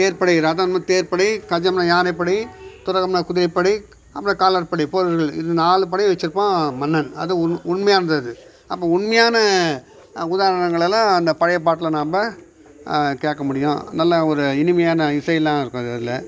தேர்ப்படை ரதம்னால் தேர்ப்படை கஜம்னால் யானைப்படை துரகம்னால் குதிரைப்படை அப்புறம் காலாட்படை போர்வீரர்கள் இது நாலு படையும் வச்சுருப்பான் மன்னன் அது உண் உண்மையானது அது அப்போது உண்மையான உதாரணங்களெல்லாம் அந்த பழைய பாட்டில் நாம் கேட்க முடியும் நல்ல ஒரு இனிமையான இசையெலாம் இருக்கும் அது அதில்